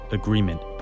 agreement